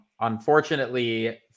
Unfortunately